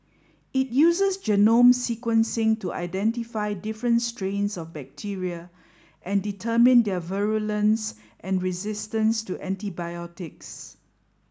it uses genome sequencing to identify different strains of bacteria and determine their virulence and resistance to antibiotics